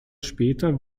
später